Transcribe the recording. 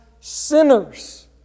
sinners